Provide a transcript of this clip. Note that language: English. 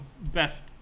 best